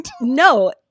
No